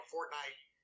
Fortnite